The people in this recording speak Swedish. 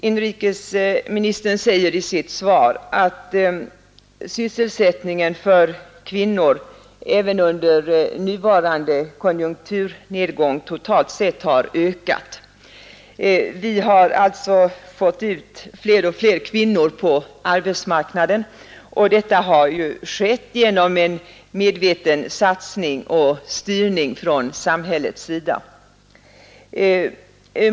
Inrikesministern säger i sitt svar att sysselsättningen för kvinnor även under nuvarande konjunkturnedgång totalt sett har ökat. Vi har alltså fått ut allt fler kvinnor på arbetsmarknaden, och detta har skett genom en medveten satsning och styrning från samhällets sida.